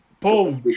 Paul